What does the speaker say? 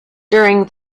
during